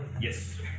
Yes